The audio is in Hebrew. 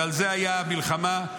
ועל זה הייתה המלחמה,